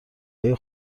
های